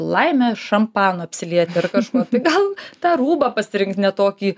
laimė šampanu apsilieti ar kažkuo tai gal tą rūbą pasirinkt ne tokį